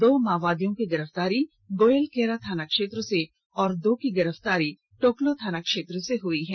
दो माओवादियों की गिरफ्तारी गोयलकेरा थाना क्षेत्र से और दो की गिरफ्तारी टोकलो थाना क्षेत्र से हुई है